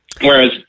Whereas